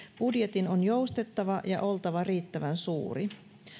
budjetin on joustettava ja oltava riittävän suuri